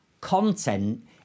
content